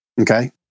Okay